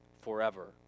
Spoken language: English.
forever